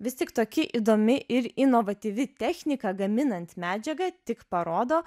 vis tik tokia įdomi ir inovatyvi technika gaminant medžiagą tik parodo